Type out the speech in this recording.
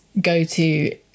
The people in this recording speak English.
go-to